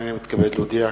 הנני מתכבד להודיע,